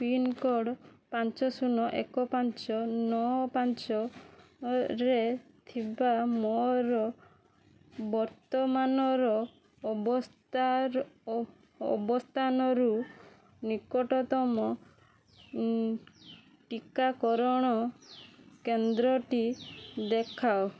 pincode ପାଞ୍ଚ ଶୂନ ଏକ ପାଞ୍ଚ ନଅ ପାଞ୍ଚରେ ଥିବା ମୋର ବର୍ତ୍ତମାନର ଅବସ୍ଥାନରୁ ନିକଟତମ ଟିକାକରଣ କେନ୍ଦ୍ରଟି ଦେଖାଅ